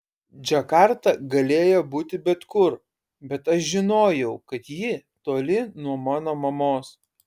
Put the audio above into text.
džakarta galėjo būti bet kur bet aš žinojau kad ji toli nuo mano mamos